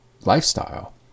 lifestyle